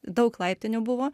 daug laiptinių buvo